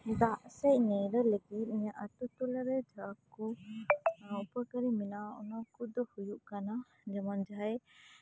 ᱫᱟᱜ ᱥᱮᱡ ᱧᱤᱫᱟᱹ ᱞᱟᱜᱤᱜ ᱤᱧᱟᱹᱜ ᱟᱛᱩ ᱴᱚᱞᱟ ᱨᱮ ᱡᱟᱠᱚ ᱩᱯᱚᱠᱟᱨᱤ ᱢᱮᱱᱟᱜᱼᱟ ᱚᱱᱟ ᱠᱚᱫᱚ ᱦᱩᱭᱩᱜ ᱠᱟᱱᱟ ᱡᱮᱢᱚᱱ ᱡᱷᱟᱭ